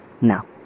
No